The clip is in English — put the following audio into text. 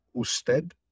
usted